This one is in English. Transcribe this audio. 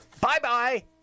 Bye-bye